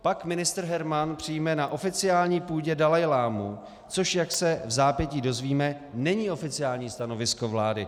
Pak ministr Hermann přijme na oficiální půdě dalajlámu, což, jak se vzápětí dozvíme, není oficiální stanovisko vlády.